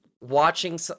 watching